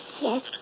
Yes